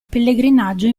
pellegrinaggio